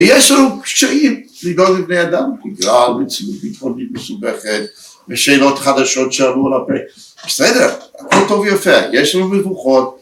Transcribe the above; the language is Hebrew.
יש לנו קשיים לגודל בני אדם בגלל רצינות מתחולות מסובכת ושאלות חדשות שעלו על הפה בסדר הכל טוב יפה יש לנו מבוכות